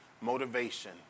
motivation